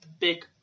big